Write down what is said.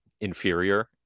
inferior